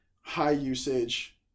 high-usage